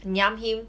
ngiam him